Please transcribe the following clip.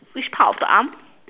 which part of the arm